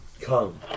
Come